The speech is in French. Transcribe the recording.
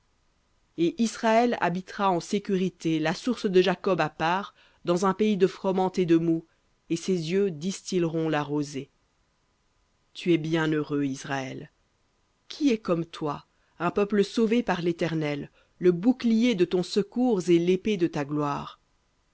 et israël habitera en sécurité la source de jacob à part dans un pays de froment et de moût et ses cieux distilleront la rosée tu es bienheureux israël qui est comme toi un peuple sauvé par l'éternel le bouclier de ton secours et l'épée de ta gloire